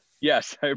Yes